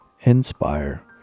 inspire